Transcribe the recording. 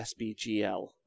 SBGL